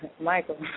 Michael